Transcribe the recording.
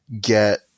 get –